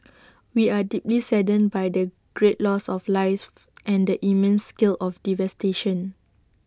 we are deeply saddened by the great loss of lives and the immense scale of the devastation